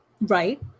Right